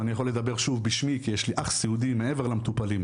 ואני יכול לדבר שוב בשמי כי יש לי אח סיעודי מעבר למטופלים,